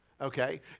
Okay